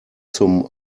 zum